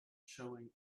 showing